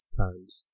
times